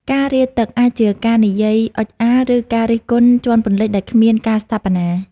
ការ «រាទឹក» អាចជាការនិយាយអុជអាល ឬការរិះគន់ជាន់ពន្លិចដែលគ្មានការស្ថាបនា។